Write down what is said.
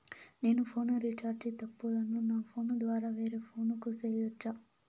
నేను phone recharge తప్పులను నా ఫోను ద్వారా వేరే ఫోను కు సేయొచ్చా?